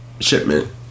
shipment